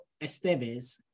Estevez